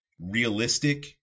realistic